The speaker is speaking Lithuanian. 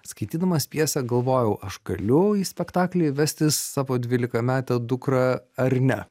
skaitydamas pjesę galvojau aš galiu į spektaklį vestis savo dvylikametę dukrą ar ne